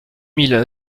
mille